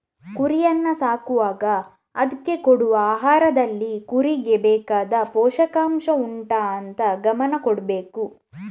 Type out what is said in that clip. ಕುರಿಯನ್ನ ಸಾಕುವಾಗ ಅದ್ಕೆ ಕೊಡುವ ಆಹಾರದಲ್ಲಿ ಕುರಿಗೆ ಬೇಕಾದ ಪೋಷಕಾಂಷ ಉಂಟಾ ಅಂತ ಗಮನ ಕೊಡ್ಬೇಕು